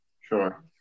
Sure